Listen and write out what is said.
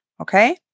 Okay